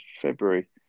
February